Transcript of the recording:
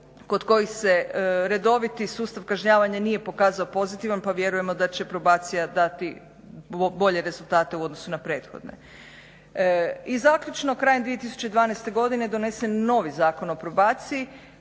kod kojih se redoviti sustav kažnjavanja nije pokazao pozitivan pa vjerujem da će probacija dati bolje rezultate u odnosu na prethodne. I zaključno, krajem 2012. godine donesen je novi Zakon o probaciji